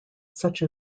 such